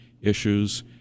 issues